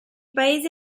paese